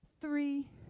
three